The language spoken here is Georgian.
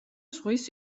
ზღვის